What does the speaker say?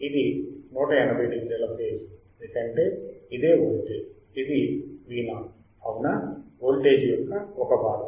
ఇది 180 డిగ్రీల ఫేజ్ ఎందుకంటే ఇదే వోల్టేజ్ ఇది Vo అవునా వోల్టేజ్ యొక్క ఒక భాగం